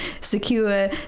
secure